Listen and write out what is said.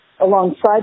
alongside